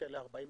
כאלה 40 קרנות.